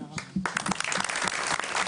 תודה רבה.